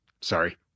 Sorry